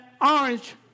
orange